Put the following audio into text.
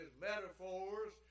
metaphors